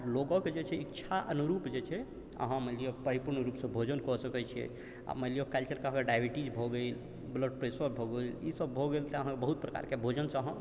लोगोके इच्छा अनुरूप जे छै अहाँ मानि लिअ परिपूर्ण रूपसँ भोजन कऽ सकै छियै मानि लिअ काल्हि चलिके अगर डाइअबीटीज भऽ गेल ब्लड प्रेसर भऽ गेल ई सब भऽ गेल तऽ अहाँके बहुत प्रकारके भोजनसँ अहाँ